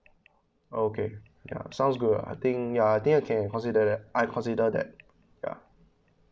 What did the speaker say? okay ya sounds good I think ya I think I can consider that uh consider that